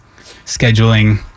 scheduling